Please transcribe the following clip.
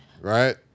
Right